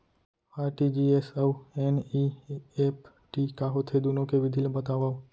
RTGS अऊ NEFT का होथे, दुनो के विधि ला बतावव